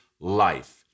life